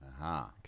Aha